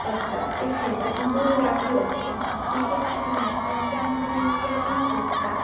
असतात ते खेळतात आणि दोन राखीव असतात अशी क्रिकेटची टीम असते आणि त्यामध्ये वेगवेगळ्या टीम्स असतात